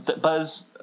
Buzz